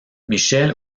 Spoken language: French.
michel